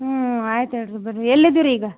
ಹ್ಞೂ ಆಯ್ತು ಹೇಳಿರಿ ಬರ್ರಿ ಎಲ್ಲಿದ್ದೀರಿ ಈಗ